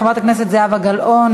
חברת הכנסת זהבה גלאון,